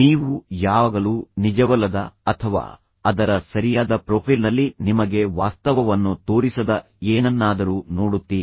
ನೀವು ಯಾವಾಗಲೂ ನಿಜವಲ್ಲದ ಅಥವಾ ಅದರ ಸರಿಯಾದ ಪ್ರೊಫೈಲ್ನಲ್ಲಿ ನಿಮಗೆ ವಾಸ್ತವವನ್ನು ತೋರಿಸದ ಏನನ್ನಾದರೂ ನೋಡುತ್ತೀರಿ